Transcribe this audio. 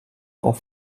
auch